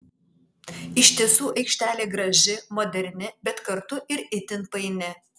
iš tiesų aikštelė graži moderni bet kartu ir itin paini